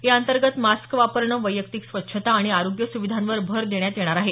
याअंतर्गत मास्क वापरणं वैयक्तिक स्वच्छता आणि आरोग्य सुविधांवर भर देण्यात येणार आहे